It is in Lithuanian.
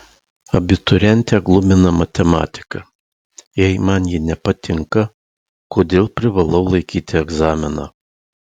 abiturientę glumina matematika jei man ji nepatinka kodėl privalau laikyti egzaminą